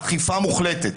אכיפה מוחלטת.